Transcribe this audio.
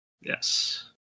Yes